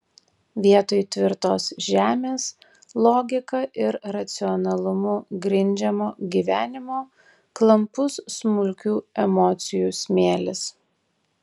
vietoj tvirtos žemės logika ir racionalumu grindžiamo gyvenimo klampus smulkių emocijų smėlis